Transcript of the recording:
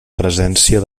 presència